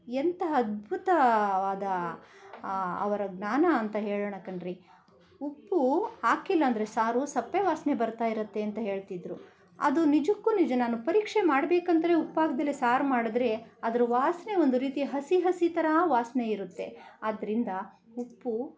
ಎಂತಹ ಅದ್ಭುತವಾದ ಅವರ ಜ್ಞಾನ ಅಂತ ಹೇಳೋಣ ಕಣ್ರೀ ಉಪ್ಪು ಹಾಕಿಲ್ಲ ಅಂದರೆ ಸಾರು ಸಪ್ಪೆ ವಾಸನೆ ಬರ್ತಾ ಇರುತ್ತೆ ಅಂತ ಹೇಳ್ತಿದ್ರು ಅದು ನಿಜಕ್ಕೂ ನಿಜ ನಾನು ಪರೀಕ್ಷೆ ಮಾಡ್ಬೇಕೆಂತಲೇ ಉಪ್ಪು ಹಾಕ್ದೆಯೇ ಸಾರು ಮಾಡಿದ್ರೆ ಅದರ ವಾಸನೆ ಒಂದು ರೀತಿ ಹಸಿ ಹಸಿ ಥರ ವಾಸನೆ ಇರತ್ತೆ ಅದ್ರಿಂದ ಉಪ್ಪು